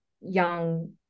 young